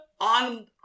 on